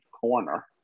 corner